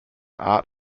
art